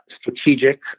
strategic